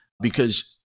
because-